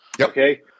Okay